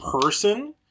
person